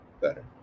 better